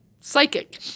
psychic